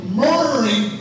murdering